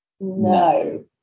No